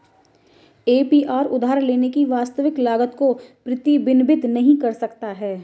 APR उधार लेने की वास्तविक लागत को प्रतिबिंबित नहीं कर सकता है